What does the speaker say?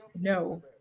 No